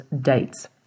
dates